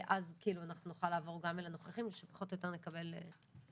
נוכל לעבור גם לנוכחים שפחות או יותר נקבל.